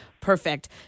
Perfect